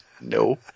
No